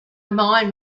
mind